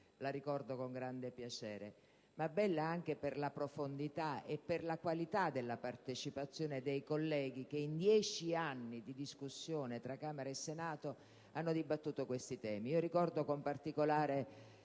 la ricordo con grande piacere, ma anche per la profondità e la qualità della partecipazione) che in dieci anni di discussione tra Camera e Senato hanno esaminato questi temi.